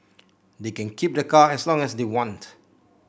they can keep the car as long as they want